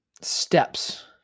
steps